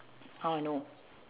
how I know